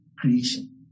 creation